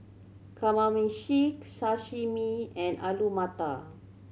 Kamameshi Sashimi and Alu Matar